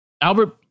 Albert